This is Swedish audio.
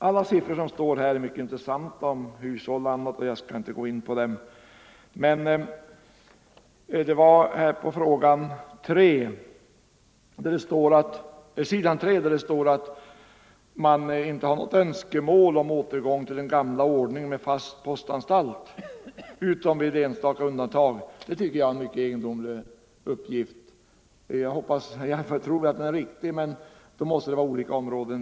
Alla siffror som står här är mycket intressanta om hushållen etc., men jag skall inte gå in på dem. På s. 3 står det att man inte har något önskemål om återgång till den gamla ordningen med fasta postanstalter utom i enstaka undantagsfall. Det tycker jag är en mycket egendomlig uppgift. Jag tror att den är riktig men det måste råda olika uppfattningar på olika områden.